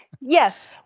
Yes